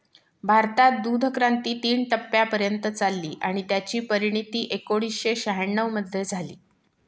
भारतात दूधक्रांती तीन टप्प्यांपर्यंत चालली आणि त्याची परिणती एकोणीसशे शहाण्णव मध्ये झाली